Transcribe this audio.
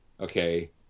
Okay